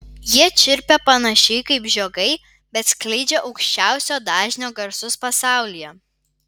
jie čirpia panašiai kaip žiogai bet skleidžia aukščiausio dažnio garsus pasaulyje